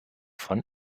von